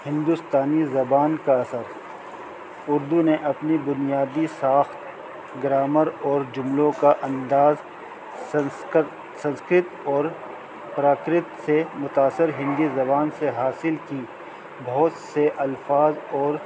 ہندوستانی زبان کا اثر اردو نے اپنی بنیادی ساخت گرامر اور جملوں کا انداز سنسکر سنسکرت اور پراکرت سے متاثر ہندی زبان سے حاصل کی بہت سے الفاظ اور